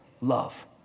love